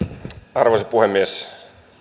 arvoisa puhemies